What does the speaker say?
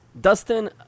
dustin